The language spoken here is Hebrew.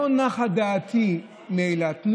לא נחה דעתי מאילת.